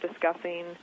discussing